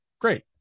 Great